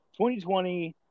2020